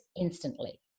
instantly